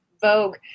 vogue